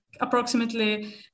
approximately